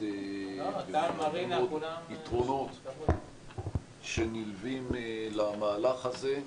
ומהרבה מאוד יתרונות שנלווים למהלך הזה,